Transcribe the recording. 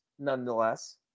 Nonetheless